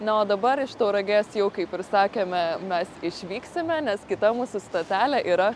na o dabar iš tauragės jau kaip ir sakėme mes išvyksime nes kita mūsų stotelė yra